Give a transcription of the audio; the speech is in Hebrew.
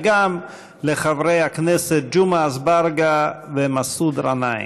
וגם לחברי הכנסת ג'מעה אזברגה ומסעוד גנאים.